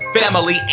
family